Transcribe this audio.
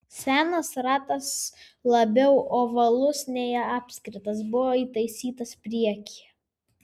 senas ratas labiau ovalus nei apskritas buvo įtaisytas priekyje